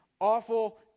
awful